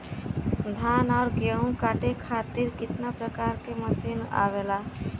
धान और गेहूँ कांटे खातीर कितना प्रकार के मशीन आवेला?